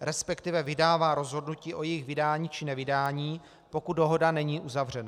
resp. vydává rozhodnutí o jejich vydání či nevydání, pokud dohoda není uzavřena.